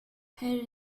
harry